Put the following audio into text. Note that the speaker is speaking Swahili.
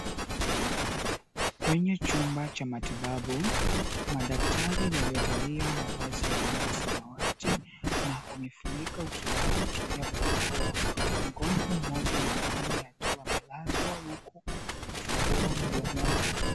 Kwenye chumba cha matibabu, madaktari waliovalia mavazi ya rangi ya samawati, na wamefunika uso zao kutumia barakoa. Mgonjwa mmoja mwanaume akiwa amelazwa huku akiufungua mdomo wake.